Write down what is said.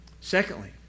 Secondly